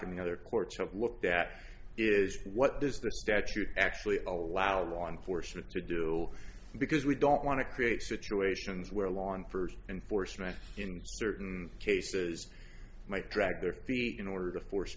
and the other courts have looked at is what does the statute actually allow law enforcement to do because we don't want to create situations where longford enforcement in certain cases might drag their feet in order to force